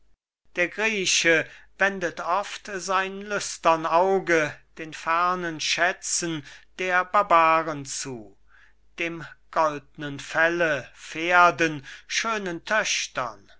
der grieche wendet oft sein lüstern auge den fernen schätzen der barbaren zu dem goldnen felle pferden schönen töchtern